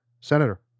Senator